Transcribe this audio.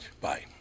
Bye